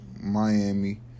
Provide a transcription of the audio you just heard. Miami